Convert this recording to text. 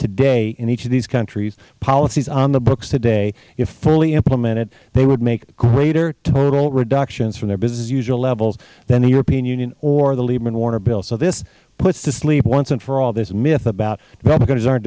today in each of these countries policies on the books today if fully implemented they would make greater total reductions from their business as usual levels than the european union or the lieberman warner bill so this puts to sleep once and for all this myth about